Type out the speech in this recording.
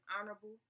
honorable